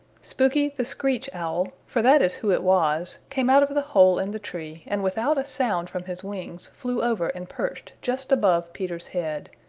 spooky the screech owl, for that is who it was, came out of the hole in the tree and without a sound from his wings flew over and perched just above peter's head.